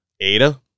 Ada